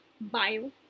bio